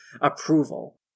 approval